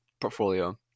portfolio